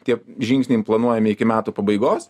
tie žingsniai planuojami iki metų pabaigos